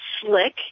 slick